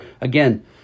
Again